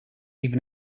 even